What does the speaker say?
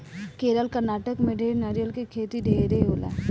केरल, कर्नाटक में नारियल के खेती ढेरे होला